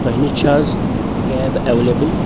تۄہہِ نِش چھِ حظ کیب اٮ۪ویلیبٕل